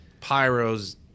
pyros